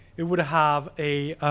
it would have a